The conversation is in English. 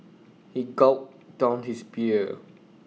he gulped down his beer